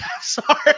Sorry